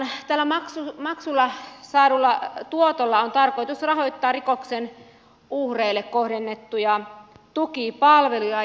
tällä maksulla saadulla tuotolla on tarkoitus rahoittaa rikoksen uhreille kohdennettuja tukipalveluja